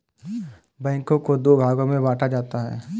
बैंकों को दो भागों मे बांटा जाता है